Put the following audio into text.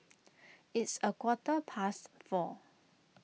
its a quarter past four